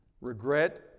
Regret